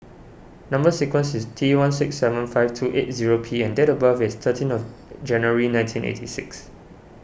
Number Sequence is T one six seven five two eight zero P and date of birth is thirteen of January nineteen eighty six